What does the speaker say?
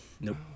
Nope